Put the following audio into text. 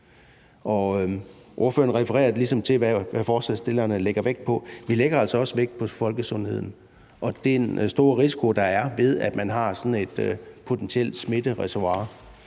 ordføreren refererer ligesom til, hvad forslagsstillerne lægger vægt på. Vi lægger altså også vægt på folkesundheden, og der er en stor risiko ved, at man har sådan et potentielt smittereservoir.